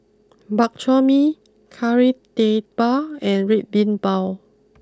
Bak Chor Mee Kari Debal and Red Bean Bao